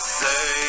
say